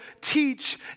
teach